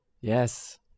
yes